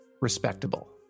respectable